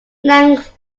length